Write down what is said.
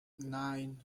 nine